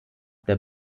der